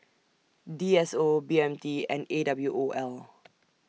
D S O B M T and A W O L